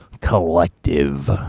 Collective